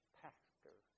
pastor